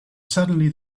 suddenly